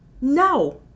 No